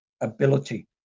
ability